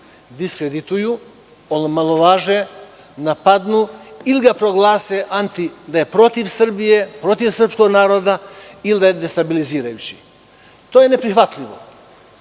diskredituju, omalovaže, napadnu ili ga proglase da je protiv Srbije, protiv srpskog naroda ili da je destabilizirajući. To je neprihvatljivo. Imali